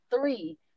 three